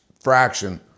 fraction